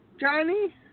Johnny